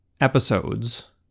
episodes